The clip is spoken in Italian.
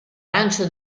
lancio